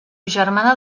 germana